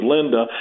Linda